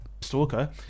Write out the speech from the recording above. stalker